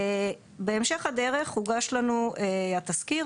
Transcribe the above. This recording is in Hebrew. בהמשך הדרך הוגש לנו התסקיר.